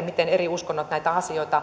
miten eri uskonnot näitä asioita